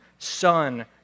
Son